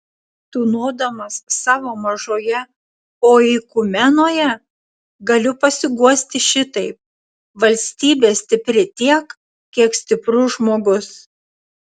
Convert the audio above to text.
tūnodamas savo mažoje oikumenoje galiu pasiguosti šitaip valstybė stipri tiek kiek stiprus žmogus